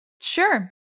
Sure